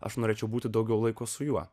aš norėčiau būti daugiau laiko su juo